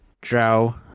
drow